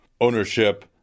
ownership